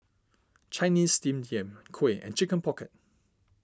Chinese Steamed Yam Kuih and Chicken Pocket